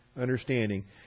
understanding